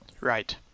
Right